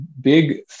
big